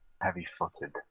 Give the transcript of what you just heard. heavy-footed